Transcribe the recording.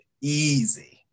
easy